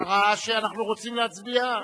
אנחנו רוצים להצביע.